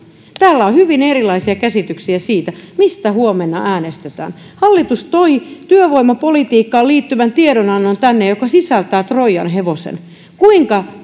täällä on hyvin erilaisia käsityksiä siitä mistä huomenna äänestetään hallitus toi tänne työvoimapolitiikkaan liittyvän tiedonannon joka sisältää troijan hevosen kuinka